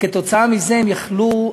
וכתוצאה מזה הן יוכלו,